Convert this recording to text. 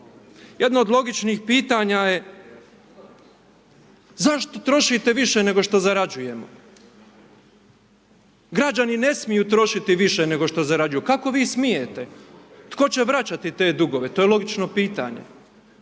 Jedno od logičnih pitanja je zašto trošite više nego što zarađujemo? Građani ne smiju trošiti više nego što zarađuju, kako vi smijete? Tko će vraćati te dugove? To je logično pitanje.